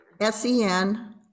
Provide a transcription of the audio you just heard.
S-E-N